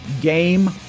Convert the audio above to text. game